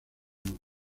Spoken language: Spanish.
nube